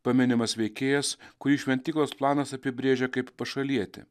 paminimas veikėjas kurį šventyklos planas apibrėžia kaip pašalietį